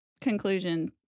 conclusion